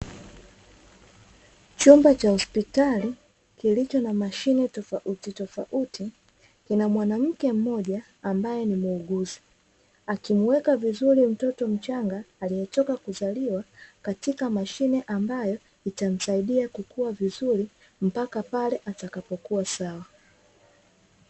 Chumba cha hospitali kilicho na mashine tofautitofauti, kina mwanamke mmoja ambaye ni muuguzi, akimuweka vizuri mtoto mchanga aliyetoka kuzaliwa katika mashine ambayo itamsaidia kukua vizuri, mpaka pale atakapokuwa sawa.